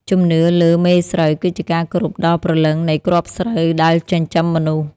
ជំនឿលើ "មេស្រូវ" គឺជាការគោរពដល់ព្រលឹងនៃគ្រាប់ស្រូវដែលចិញ្ចឹមមនុស្ស។